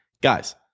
Guys